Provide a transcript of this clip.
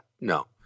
No